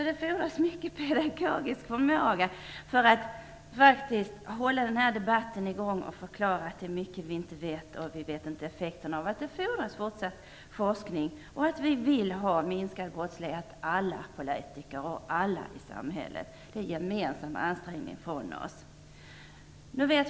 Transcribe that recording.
Det fordras stor pedagogisk förmåga för att hålla debatten igång och förklara att det är mycket vi inte känner till när det gäller effekten av åtgärder, att det fordras fortsatt forskning och att vi politiker, liksom alla andra i samhället, vill ha minskad brottslighet.